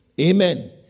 Amen